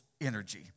energy